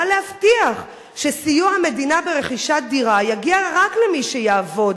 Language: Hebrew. בא להבטיח שסיוע המדינה ברכישת דירה יגיע רק למי שיעבוד.